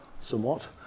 somewhat